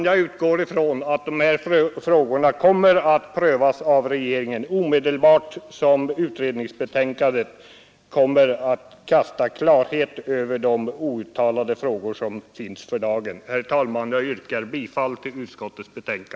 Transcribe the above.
Jag utgår från att dessa frågor kommer att prövas av regeringen så snart utredningsbetänkandet skapat klarhet i de frågor som i dag är ouppklarade. Herr talman! Jag yrkar bifall till vad utskottet hemställt.